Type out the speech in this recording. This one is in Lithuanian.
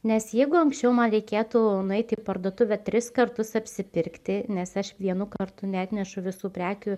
nes jeigu anksčiau man reikėtų nueit į parduotuvę tris kartus apsipirkti nes aš vienu kartu neatnešu visų prekių